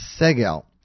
Segel